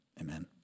Amen